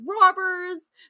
robbers